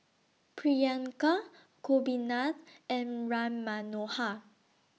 Priyanka Gopinath and Ram Manohar